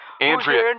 Andrea